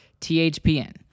THPN